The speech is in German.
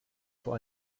vor